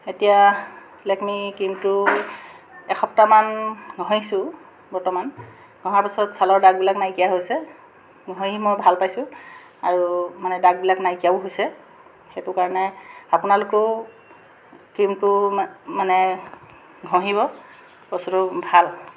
এতিয়া লেকমি ক্ৰীমটো এক সপ্তাহমান ঘহিছো বৰ্তমান ঘহাৰ পিছত ছালৰ দাগবিলাক নাইকিয়া হৈছে ঘহি মই ভাল পাইছো আৰু মানে দাগবিলাক নাইকিয়াও হৈছে সেইটো কাৰণে আপোনালোকেও ক্ৰীমটো মা মানে ঘহিব বস্তুটো ভাল